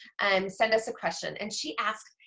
and sent us a question and she asks,